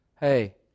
Hey